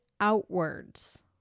outwards